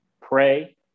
pray